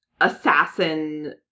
assassin